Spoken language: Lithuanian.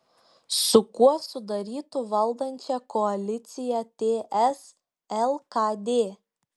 su kuo sudarytų valdančią koaliciją ts lkd